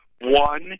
One